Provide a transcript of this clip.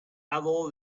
old